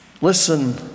Listen